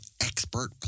expert